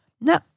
No